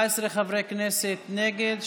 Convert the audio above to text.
14 חברי כנסת נגד,